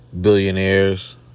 billionaires